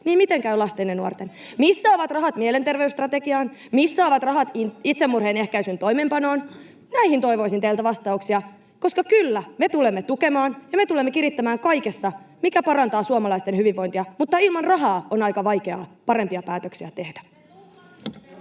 oli neljä vuotta aikaa!] Missä ovat rahat mielenterveysstrategiaan, missä ovat rahat itsemurhien ehkäisyn toimeenpanoon? Näihin toivoisin teiltä vastauksia, koska kyllä, me tulemme tukemaan ja me tulemme kirittämään kaikessa, mikä parantaa suomalaisten hyvinvointia, mutta ilman rahaa on aika vaikeaa parempia päätöksiä tehdä.